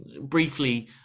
briefly